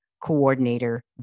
Coordinator